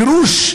גירוש.